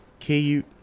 KU